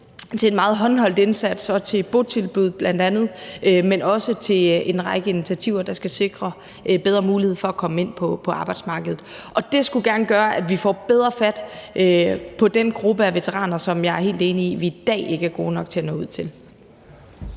til en meget håndholdt indsats og til botilbud bl.a., men også til en række initiativer, der skal sikre bedre mulighed for at komme ind på arbejdsmarkedet. Det skulle gerne gøre, at vi får bedre fat på den gruppe af veteraner, som jeg er helt enig i at vi i dag ikke er gode nok til at nå ud til.